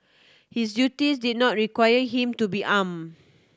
his duties did not require him to be arm